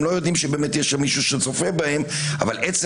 לא יודעים שיש מישהו שצופה בהם אבל עצם